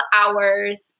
hours